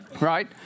right